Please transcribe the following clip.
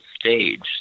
stage